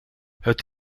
het